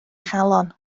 chalon